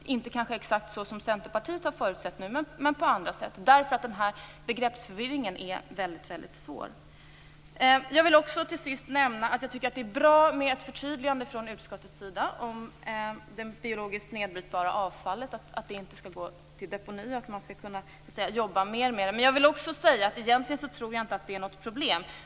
Det kanske inte blir exakt så som Centerpartiet har förutsett, men jag tror ändå att vi måste återkomma till saken, eftersom den här begreppsförvirringen är väldigt svår. Jag vill till sist nämna att jag tycker att det är bra med ett förtydligande från utskottet om att det biologiskt nedbrytbara avfallet inte skall gå till deponi utan att man skall kunna jobba mer med det. Egentligen tror jag inte att det är något problem.